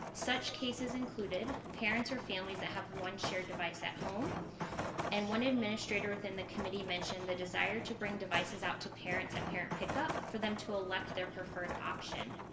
such cases included parents or families that have one shared device at home and one administrator within the committee mentioned the desire to bring devices out to parents at parent pick up for them to elect their preferred option.